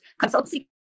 consultancy